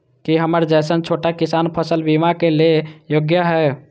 की हमर जैसन छोटा किसान फसल बीमा के लिये योग्य हय?